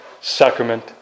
sacrament